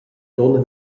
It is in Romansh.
dunna